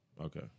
Okay